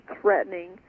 threatening